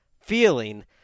feeling